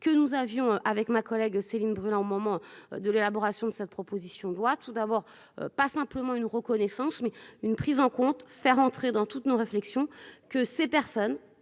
que nous avions avec ma collègue Céline Brulin, au moment de l'élaboration de cette proposition de loi. Tout d'abord, pas simplement une reconnaissance mais une prise en compte faire entrer dans toutes nos réflexions que ces personnes